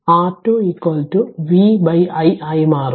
അതിനാൽ R2 V i ആയി മാറും